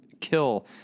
kill